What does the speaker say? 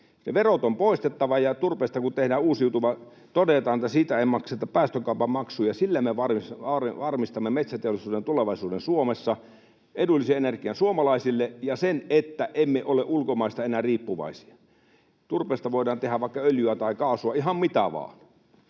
verot on poistettava, ja turpeesta kun tehdään uusiutuva, todetaan, että siitä ei makseta päästökaupan maksuja, niin sillä varmistamme metsäteollisuuden tulevaisuuden Suomessa, edullisen energian suomalaisille ja sen, että emme ole ulkomaisesta enää riippuvaisia. Turpeesta voidaan tehdä vaikka öljyä tai kaasua, ihan mitä vain.